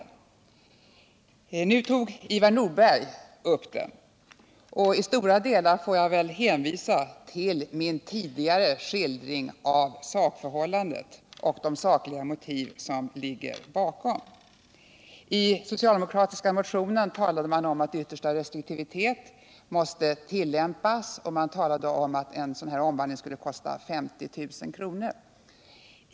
Men nu tog Ivar Nordberg upp frågan, och i stora delar får jag väl hänvisa till min tidigare skildring av sakförhållandet och de motiv som ligger bakom. I den socialdemokratiska motionen talade man om att yttersta restriktivitet måste tillämpas, och man talade om att en sådan här omvandling skulle kosta 50 000 kr.